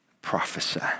prophesy